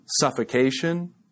suffocation